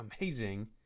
amazing